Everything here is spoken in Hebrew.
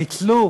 ניצלו